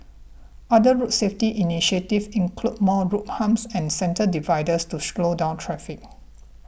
other road safety initiatives include more road humps and centre dividers to slow down traffic